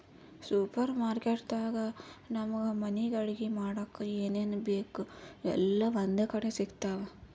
super market ದಾಗ್ ನಮ್ಗ್ ಮನಿಗ್ ಅಡಗಿ ಮಾಡಕ್ಕ್ ಏನೇನ್ ಬೇಕ್ ಎಲ್ಲಾ ಒಂದೇ ಕಡಿ ಸಿಗ್ತಾವ್